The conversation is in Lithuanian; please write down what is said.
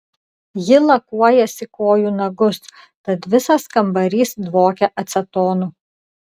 ji lakuojasi kojų nagus tad visas kambarys dvokia acetonu